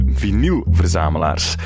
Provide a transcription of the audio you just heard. vinylverzamelaars